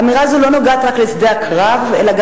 אמירה זו לא נוגעת רק לשדה הקרב אלא גם